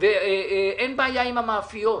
ואין בעיה עם המאפיות,